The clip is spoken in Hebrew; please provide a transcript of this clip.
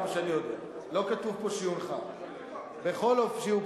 לא, זו הצעת חוק שהונחה.